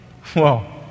Whoa